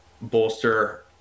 bolster